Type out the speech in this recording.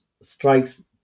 strikes